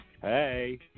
Hey